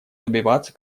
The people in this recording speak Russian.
добиваться